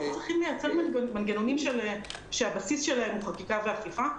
צריך לייצר מנגנונים שהבסיס שלהם הוא חקיקה ואכיפה.